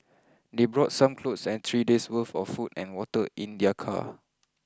they brought some clothes and three days' worth of food and water in their car